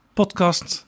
podcast